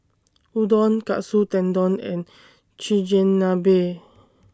Udon Katsu Tendon and Chigenabe